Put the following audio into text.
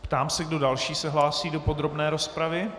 Ptám se, kdo další se hlásí do podrobné rozpravy.